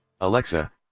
Alexa